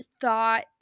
thought